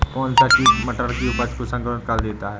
कौन सा कीट मटर की उपज को संक्रमित कर देता है?